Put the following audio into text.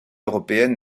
européenne